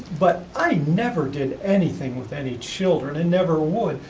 but i never did anything with any children and never would.